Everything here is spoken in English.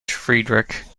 friedrich